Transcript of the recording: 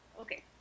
Okay